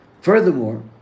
Furthermore